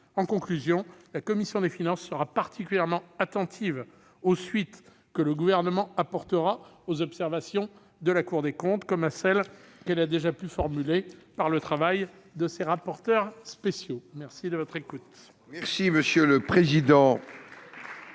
En conclusion, la commission des finances sera particulièrement vigilante quant aux suites que le Gouvernement apportera aux observations de la Cour des comptes, comme à celles qu'elle a déjà pu formuler par le biais du travail de ses rapporteurs spéciaux. La parole est